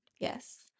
Yes